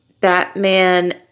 Batman